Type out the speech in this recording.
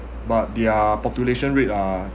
but their population rate are